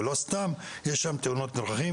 ולא סתם יש שם תאונות דרכים,